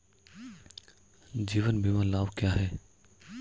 जीवन बीमा लाभ क्या हैं?